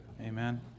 Amen